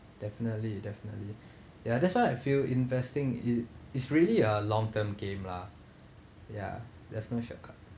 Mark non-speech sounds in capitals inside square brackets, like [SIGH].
definitely definitely [BREATH] ya that's why I feel investing it is really a long term game lah ya there's no shortcut